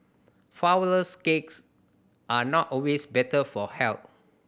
flourless cakes are not always better for health